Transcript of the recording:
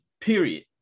period